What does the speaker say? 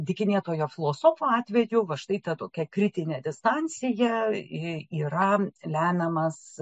dykinėtojo filosofo atveju va štai ta tokia kritinė distancija yra lemiamas